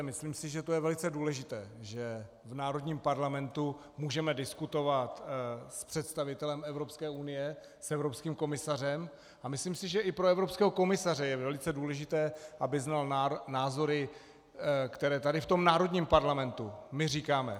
Myslím si, že to je velice důležité, že v národním parlamentu můžeme diskutovat s představitelem Evropské unie, s evropským komisařem, a myslím si, že i pro evropského komisaře je velice důležité, aby znal názory, které tady v tom národním parlamentu my říkáme.